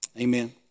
Amen